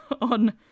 on